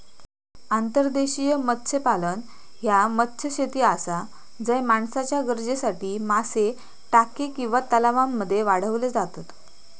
अंतर्देशीय मत्स्यपालन ह्या मत्स्यशेती आसा झय माणसाच्या गरजेसाठी मासे टाक्या किंवा तलावांमध्ये वाढवले जातत